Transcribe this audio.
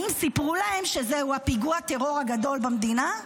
האם סיפרו להן שזהו פיגוע הטרור הגדול במדינה?